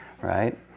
right